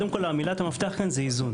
קודם כל מילת המפתח כאן היא איזון,